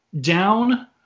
down